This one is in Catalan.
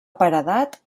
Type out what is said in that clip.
paredat